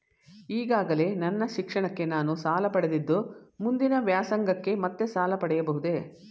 ಈಗಾಗಲೇ ನನ್ನ ಶಿಕ್ಷಣಕ್ಕೆ ನಾನು ಸಾಲ ಪಡೆದಿದ್ದು ಮುಂದಿನ ವ್ಯಾಸಂಗಕ್ಕೆ ಮತ್ತೆ ಸಾಲ ಪಡೆಯಬಹುದೇ?